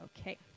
Okay